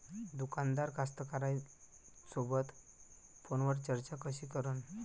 दुकानदार कास्तकाराइसोबत फोनवर चर्चा कशी करन?